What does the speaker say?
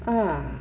ah